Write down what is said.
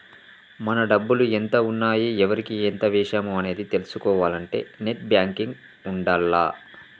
మన డబ్బులు ఎంత ఉన్నాయి ఎవరికి ఎంత వేశాము అనేది తెలుసుకోవాలంటే నెట్ బ్యేంకింగ్ ఉండాల్ల